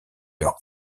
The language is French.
leur